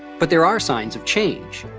but there are signs of change.